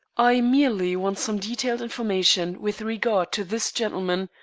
i merely want some detailed information with regard to this gentleman,